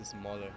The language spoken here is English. smaller